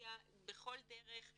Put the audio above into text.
אינפורמציה בכל דרך.